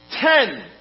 ten